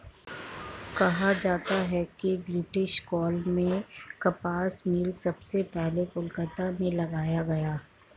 कहा जाता है कि ब्रिटिश काल में कपास मिल सबसे पहले कलकत्ता में लगाया गया